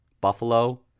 Buffalo